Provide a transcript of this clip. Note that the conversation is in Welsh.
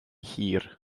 hir